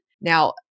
Now